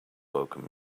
welcome